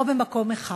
או במקום אחד.